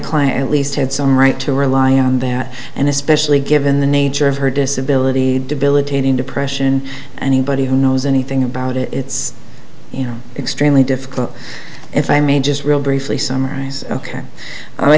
client least had some right to rely on that and especially given the nature of her disability debilitating depression anybody who knows anything about it it's you know extremely difficult if i may just real briefly summarize ok